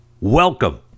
welcome